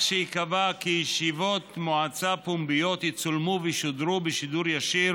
שייקבע כי ישיבות מועצה פומביות יצולמו וישודרו בשידור ישיר